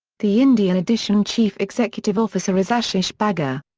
the india edition chief executive officer is ashish bagga.